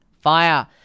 Fire